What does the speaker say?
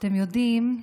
אתם יודעים,